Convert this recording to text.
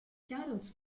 carols